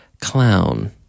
Clown